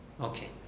Okay